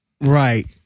Right